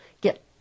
get